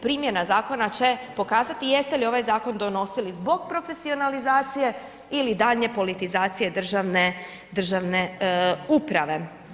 Primjena zakona će pokazati jeste li ovaj zakon donosili zbog profesionalizacije ili daljnje politizacije državne, državne uprave.